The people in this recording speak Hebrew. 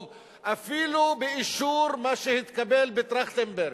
אפילו באישור מה שהתקבל בוועדת-טרכטנברג.